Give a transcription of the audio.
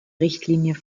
richtlinie